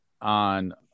on